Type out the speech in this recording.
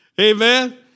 Amen